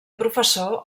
professor